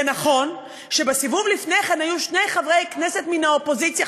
זה נכון שבסיבוב לפני כן היו שני חברי כנסת מן האופוזיציה,